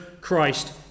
Christ